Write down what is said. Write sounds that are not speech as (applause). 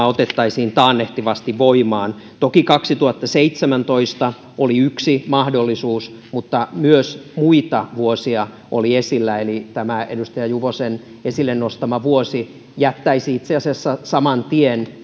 (unintelligible) otettaisiin taannehtivasti voimaan toki kaksituhattaseitsemäntoista oli yksi mahdollisuus mutta myös muita vuosia oli esillä eli tämä edustaja juvosen esille nostama vuosi jättäisi itse asiassa saman tien